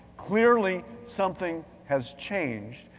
clearly something has changed.